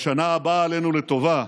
בשנה הבאה עלינו לטובה,